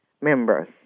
members